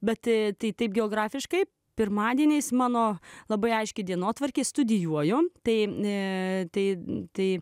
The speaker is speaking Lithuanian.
bet tai taip geografiškai pirmadieniais mano labai aiški dienotvarkė studijuoju tai ne ateinantį